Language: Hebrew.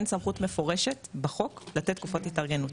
אין סמכות מפורשת בחוק לתת תקופות התארגנות,